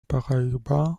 paraíba